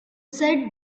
said